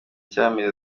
cy’amezi